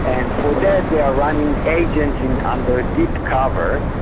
and for that, they are running agents and under deep cover.